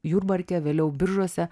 jurbarke vėliau biržuose